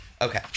Okay